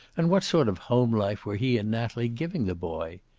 and what sort of home life were he and natalie giving the boy?